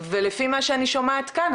ולפי מה שאני שומעת כאן,